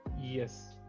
Yes